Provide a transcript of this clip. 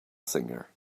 singer